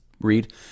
read